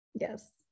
Yes